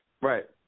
Right